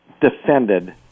Defended